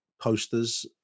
posters